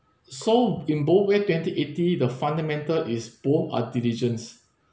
so in both way twenty eighty the fundamental is both are diligence